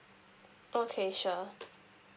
okay sure